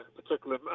particular